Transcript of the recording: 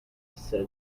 said